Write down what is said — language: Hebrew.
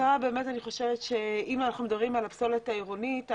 אני חושבת שאם אנחנו מדברים על הפסולת העירונית שנשרפת,